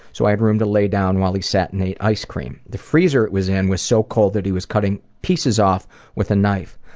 so i had room to lay down while he sat and ate ice cream. the freezer he was in was so cold that he was cutting pieces off with a knife.